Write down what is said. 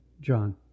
John